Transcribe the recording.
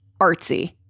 artsy